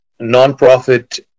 nonprofit